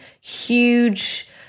huge